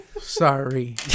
Sorry